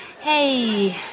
Hey